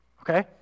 Okay